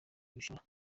bishobora